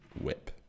whip